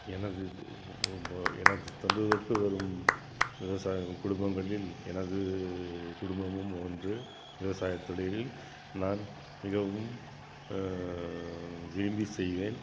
எனது இது எனது தொன்றுத்தொட்டு வரும் விவசாய குடும்பங்களில் எனது குடும்பமும் ஒன்று விவசாயத்தொழிலில் நான் மிகவும் விரும்பி செய்வேன்